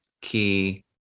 key